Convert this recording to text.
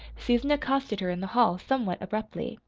susan accosted her in the hall somewhat abruptly.